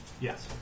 Yes